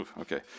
Okay